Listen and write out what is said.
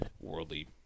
worldly